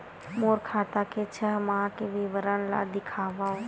मोर खाता के छः माह के विवरण ल दिखाव?